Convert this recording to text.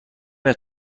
است